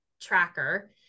tracker